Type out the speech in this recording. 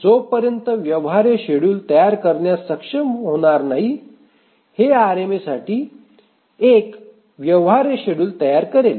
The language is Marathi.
जोपर्यंत व्यवहार्य शेड्युल तयार करण्यात सक्षम होणार नाही हे आरएमएसाठी एक व्यवहार्य शेड्युल तयार करेल